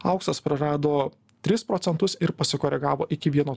auksas prarado tris procentus ir pasikoregavo iki vieno